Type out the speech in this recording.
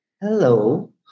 Hello